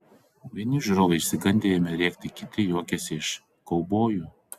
vieni žiūrovai išsigandę ėmė rėkti kiti juokėsi iš kaubojų